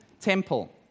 Temple